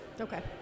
Okay